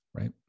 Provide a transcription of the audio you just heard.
right